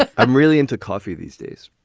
but i'm really into coffee these days.